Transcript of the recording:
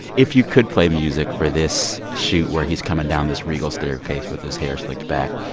if you could play music for this shoot where he's coming down this regal staircase with his hair slicked back,